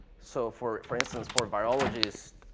so, for for instance, for biologists,